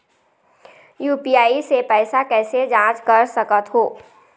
UPI से पैसा कैसे जाँच कर सकत हो?